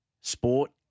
Sport